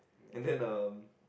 and then um